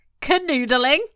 Canoodling